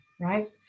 right